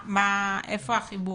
איפה החיבור?